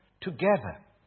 Together